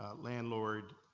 ah landlord.